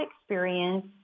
experience